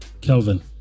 Kelvin